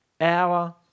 hour